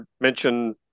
mention